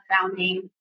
founding